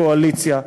קואליציה,